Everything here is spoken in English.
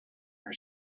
her